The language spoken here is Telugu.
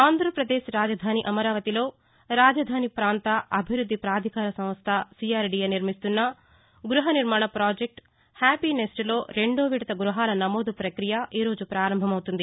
ఆంధ్రాప్రదేశ్ రాజధాని అమరావతిలో రాజధాని ప్రాంత అభివృద్ది ప్రాధికార సంస్ట సీఆర్ డీఏ నిర్మిస్తున్న గృహ నిర్మాణ పాజెక్టు హ్యాపీనెస్ట్లో రెండో విడత గృహల నమోదు ప్రక్రియ ఈరోజు పారంభమవుతుంది